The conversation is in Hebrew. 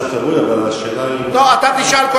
משרד התרבות, אבל השאלה היא, לא, אתה תשאל.